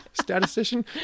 Statistician